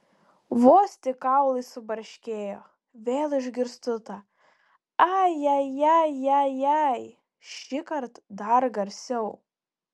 vos tik kaulai subarškėjo vėl išgirstu tą aja ja ja jai šįkart dar garsiau